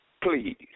please